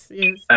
yes